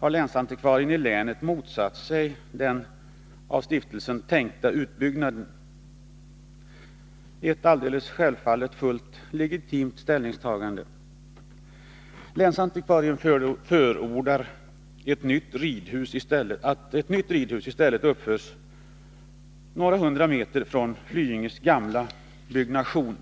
har länsantikvarien i länet motsatt sig den av stiftelsen tänkta utbyggnaden, ett självfallet fullt legitimt ställningstagande. Länsantikvarien förordar att ett nytt ridhus i stället skall uppföras några hundra meter från Flyinges gamla byggnation.